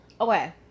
Okay